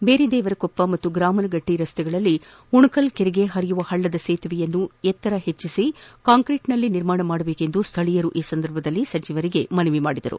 ಬೇರಿದೇವರಕೊಪ್ಪ ಹಾಗೂ ಗ್ರಾಮನಗಟ್ಟ ರಸ್ತೆಗಳಲ್ಲಿ ಉಣಕಲ್ ಕೆರೆಗೆ ಹರಿಯುವ ಹಳ್ಳದ ಸೇತುವೆ ಎತ್ತರ ಹೆಚ್ಚಿಸಿ ಕಾಂಕ್ರೀಟ್ನಲ್ಲಿ ನಿರ್ಮಿಸುವಂತೆ ಸ್ವೀಯರು ಈ ಸಂದರ್ಭದಲ್ಲಿ ಮನವಿ ಮಾಡಿದರು